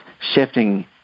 shifting